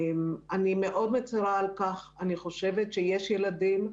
מה לעשות שיש ילדים,